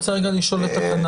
אני רוצה לשאול את הכנ"ר.